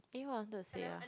eh what I wanted to say ah